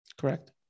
Correct